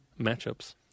matchups